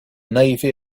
navy